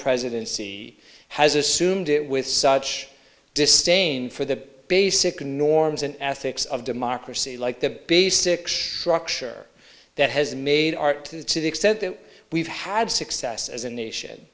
presidency has assumed it with such distain for the basic norms and ethics of democracy like the basics truck share that has made art to the extent that we've had success as a nation